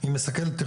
אני אומר לך,